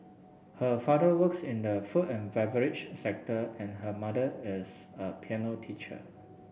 her father works in the food and beverage sector and her mother is a piano teacher